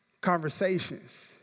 conversations